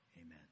Amen